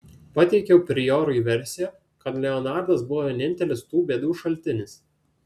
pateikiau priorui versiją kad leonardas buvo vienintelis tų bėdų šaltinis